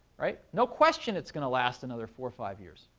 right? no question it's going to last another four or five years,